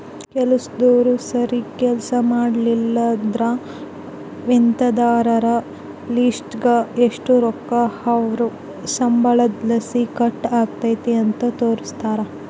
ಕೆಲಸ್ದೋರು ಸರೀಗ್ ಕೆಲ್ಸ ಮಾಡ್ಲಿಲ್ಲುದ್ರ ವೇತನದಾರರ ಲಿಸ್ಟ್ನಾಗ ಎಷು ರೊಕ್ಕ ಅವ್ರ್ ಸಂಬಳುದ್ಲಾಸಿ ಕಟ್ ಆಗೆತೆ ಅಂತ ತೋರಿಸ್ತಾರ